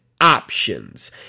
options